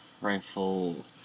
rifle